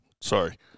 Sorry